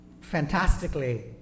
fantastically